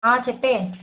చెప్పే